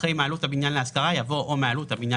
אחרי "מעלות הבניין להשכרה" יבוא "או מעלות הבניין